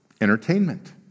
entertainment